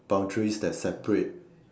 boundaries that separate